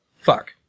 fuck